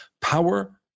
Power